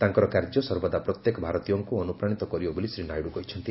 ତାଙ୍କର କାର୍ଯ୍ୟ ସର୍ବଦା ପ୍ରତ୍ୟେକ ଭାରତୀୟଙ୍କୁ ଅନୁପ୍ରାଣିତ କରିବ ବୋଲି ଶ୍ରୀ ନାଇଡ଼ୁ କହିଛନ୍ତି